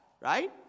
right